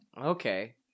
okay